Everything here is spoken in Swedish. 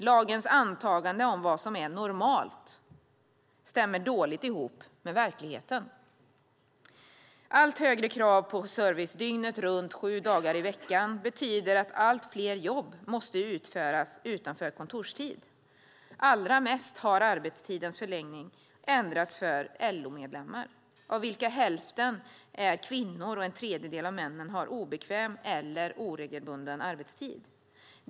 Lagens antaganden om vad som är normalt stämmer dåligt med verkligheten. Allt högre krav på service dygnet runt, sju dagar i veckan betyder att allt fler jobb måste utföras utanför kontorstid. Allra mest har arbetstidens förläggning ändrats för LO-medlemmarna, av vilka hälften av kvinnorna och en tredjedel av männen har obekväm eller oregelbunden arbetstid.